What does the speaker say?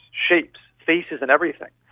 shapes, faces in everything.